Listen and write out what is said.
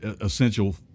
essential